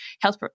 health